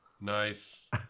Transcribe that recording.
Nice